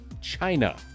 China